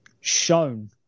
shown